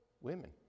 Women